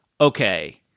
okay